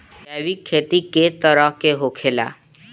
जैविक खेती कए तरह के होखेला?